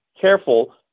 careful